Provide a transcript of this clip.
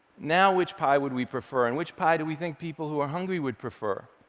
now which pie would we prefer, and which pie do we think people who are hungry would prefer?